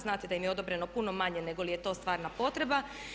Znate da im je odobreno puno manje nego li je to stvarna potreba.